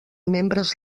membres